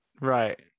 Right